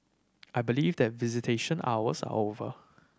I believe that visitation hours are over